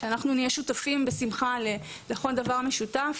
אנחנו בשמחה נהיה שותפים לכל דבר משותף.